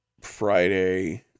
Friday